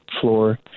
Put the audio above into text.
floor